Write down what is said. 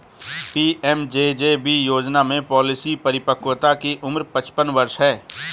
PMJJB योजना में policy परिपक्वता की उम्र पचपन वर्ष है